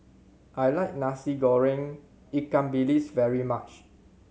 I like Nasi Goreng ikan bilis very much